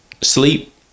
Sleep